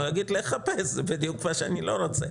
הוא יגיד: לך חפש, בדיוק מה שאני לא רוצה.